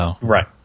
Right